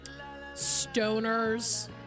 stoners